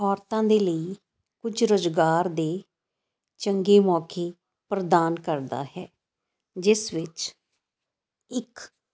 ਔਰਤਾਂ ਦੇ ਲਈ ਕੁਝ ਰੁਜ਼ਗਾਰ ਦੇ ਚੰਗੇ ਮੌਕੇ ਪ੍ਰਦਾਨ ਕਰਦਾ ਹੈ ਜਿਸ ਵਿੱਚ ਇੱਕ